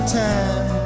time